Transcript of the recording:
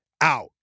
out